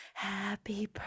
Happy